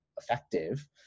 effective